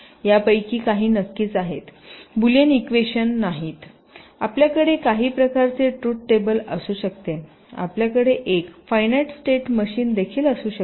यापैकी काही नक्कीच आहेत बुलियन इक्वेशन नाहीत आपल्याकडे काही प्रकारचे ट्रुथ टेबल असू शकते आपल्याकडे एक फायनाईट स्टेट मशीन देखील असू शकते